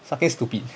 fucking stupid